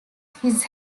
his